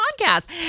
podcast